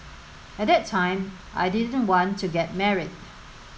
at that time I didn't want to get married